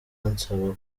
ansaba